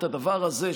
את הדבר הזה,